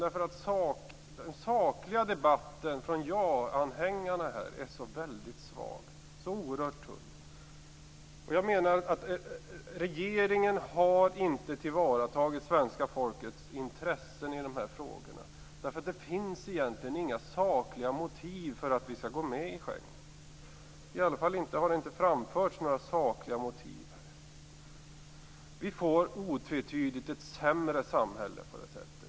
Den sakliga debatten från ja-anhängarna är så väldigt svag, så oerhört tunn. Regeringen har inte tillvaratagit svenska folkets intressen i dessa frågor. Det finns egentligen inga sakliga motiv för att vi skall gå med i Schengen - i alla fall har det inte framförts några sådana här. Vi får otvetydigt ett sämre samhälle.